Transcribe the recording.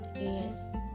yes